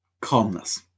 Calmness